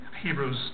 Hebrews